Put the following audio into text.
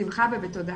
בשמחה ובתודה.